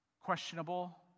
questionable